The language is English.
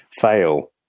fail